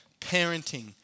parenting